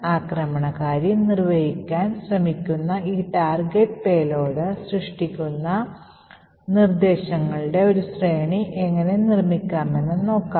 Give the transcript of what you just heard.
ആക്രമണകാരി നിർവ്വഹിക്കാൻ ആഗ്രഹിക്കുന്ന ഈ ടാർഗെറ്റ് പേലോഡ് സൃഷ്ടിക്കുന്ന നിർദ്ദേശങ്ങളുടെ ഒരു ശ്രേണി എങ്ങനെ നിർമ്മിക്കാമെന്ന് നോക്കാം